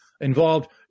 involved